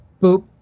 boop